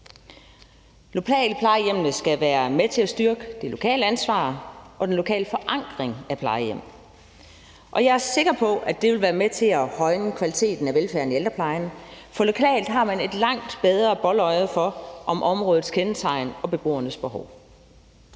Lokalplejehjemmene skal være med til at styrke det lokale ansvar og den lokale forankring af plejehjem, og jeg er sikker på, at det vil være med til at højne kvaliteten af velfærden i ældreplejen, for lokalt har man et langt bedre boldøje i forhold til områdets kendetegn og beboernes behov.